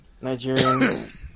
Nigerian